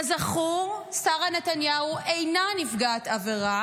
כזכור, שרה נתניהו אינה נפגעת עבירה.